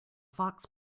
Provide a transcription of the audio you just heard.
fox